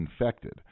infected